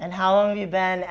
and how long have you been